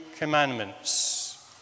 commandments